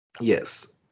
Yes